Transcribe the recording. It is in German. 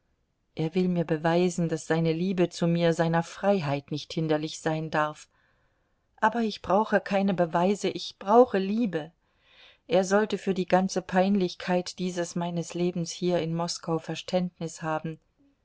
er will mir beweisen daß seine liebe zu mir seiner freiheit nicht hinderlich sein darf aber ich brauche keine beweise ich brauche liebe er sollte für die ganze peinlichkeit dieses meines lebens hier in moskau verständnis haben